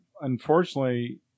unfortunately